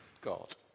God